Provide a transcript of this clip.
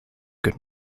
good